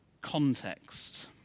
context